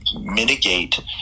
mitigate